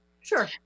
Sure